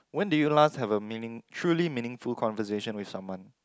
when did you last have a meaning truly meaningful conversation with someone